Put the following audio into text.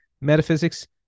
metaphysics